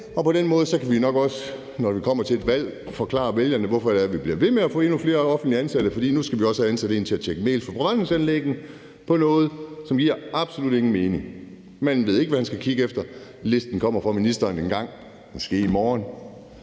og på den måde kan vi nok også, når vi kommer til et valg, forklare vælgerne, hvorfor det er, at vi bliver ved med at få endnu flere offentligt ansatte. Det er, fordi nu skal vi også have ansat en til at tjekke mails fra forbrændingsanlægget om noget, som giver absolut ingen mening. Manden ved ikke, hvad han skal kigge efter. Listen kommer fra ministeren engang, måske i morgen.